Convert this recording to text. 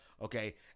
Okay